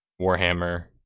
Warhammer